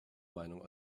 meinung